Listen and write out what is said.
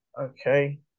okay